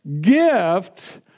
gift